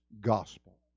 gospel